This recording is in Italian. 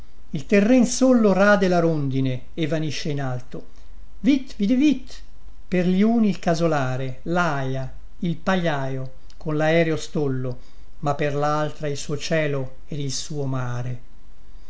il terren sollo rade la rondine e vanisce in alto vitt videvitt per gli uni il casolare laia il pagliaio con laereo stollo ma per l altra il suo cielo ed il suo mare